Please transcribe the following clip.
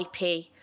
ip